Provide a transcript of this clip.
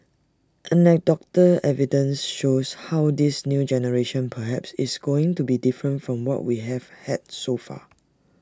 anecdotal evidence shows how this new generation perhaps is going to be different from what we have had so far